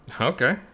Okay